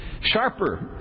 sharper